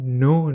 no